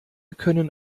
können